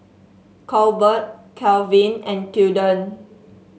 Colbert Calvin and Tilden